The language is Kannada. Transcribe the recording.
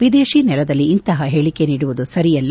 ವಿದೇಶಿ ನೆಲದಲ್ಲಿ ಇಂತಹ ಹೇಳಿಕೆ ನೀಡುವುದು ಸರಿಯಲ್ಲ